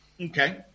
Okay